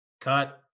Cut